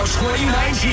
2019